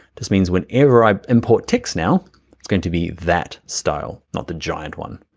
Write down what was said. just means whenever i import text now it's going to be that style not the giant one.